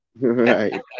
right